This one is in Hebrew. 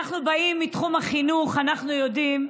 אנחנו באים מתחום החינוך, אנחנו יודעים,